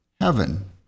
Heaven